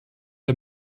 der